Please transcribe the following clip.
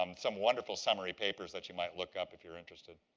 um some wonderful summary papers that you might look up if you're interested.